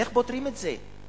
איך פותרים את זה?